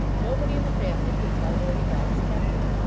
nobody in the family could tell where he got his temper.